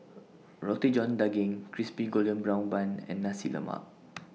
Roti John Daging Crispy Golden Brown Bun and Nasi Lemak